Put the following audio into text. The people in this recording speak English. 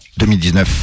2019